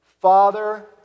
Father